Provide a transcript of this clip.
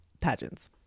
pageants